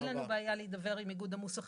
אין לנו בעיה להידבר עם איגוד המוסכים.